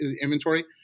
inventory